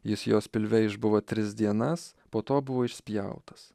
jis jos pilve išbuvo tris dienas po to buvo išspjautas